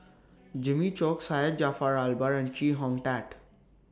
Jimmy Chok Syed Jaafar Albar and Chee Hong Tat